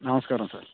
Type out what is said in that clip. నమస్కారం సార్